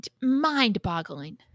mind-boggling